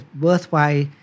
worthwhile